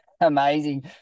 Amazing